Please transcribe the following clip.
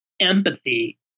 empathy